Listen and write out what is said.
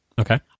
Okay